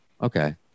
okay